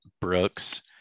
Brooks